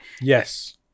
yes